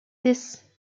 this